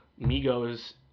migos